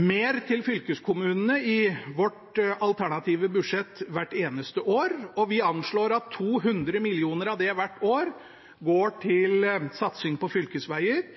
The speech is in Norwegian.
mer til fylkeskommunene i vårt alternative budsjett hvert eneste år. Vi anslår at 200 mill. kr av det hvert år går til satsing på